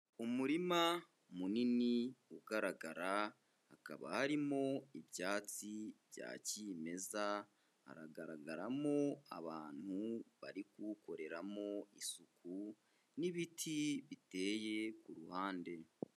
Umurima munini ugaragara, hakaba harimo ibyatsi bya kimeza, haragaragaramo abantu bari kuwukoreramo isuku n'ibiti biteye ku ruhande.